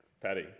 Patty